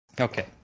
Okay